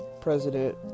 President